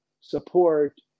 support